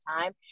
time